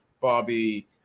Bobby